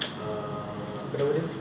err apa nama dia